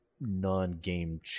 non-game